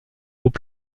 hauts